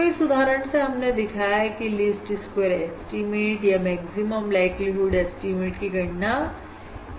तो इस उदाहरण से हमने दिखाया की लीस्ट स्क्वेयर एस्टीमेट या मैक्सिमम लाइक्लीहुड ऐस्टीमेट की गणना कैसे करते हैं